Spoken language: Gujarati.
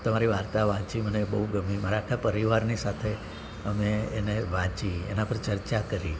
તમારી વાર્તા વાંચી મને બહુ ગમી મારા આખા પરિવારની સાથે અમે એને વાંચી એના પર ચર્ચા કરી